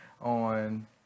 on